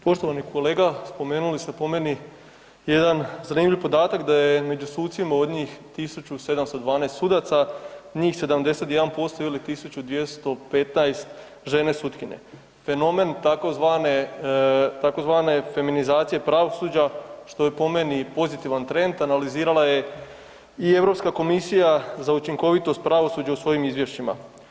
Poštovani kolega, spomenuli ste po meni jedan zanimljiv podatak da je među sucima od njih 1712 sudaca njih 71% ili 1215 žene sutkinje, fenomen tzv. feminizacije pravosuđa što je po meni pozitivan trend analizirala je i Europska komisija za učinkovitost pravosuđa u svojim izvješćima.